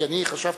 כי אני חשבתי